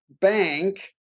Bank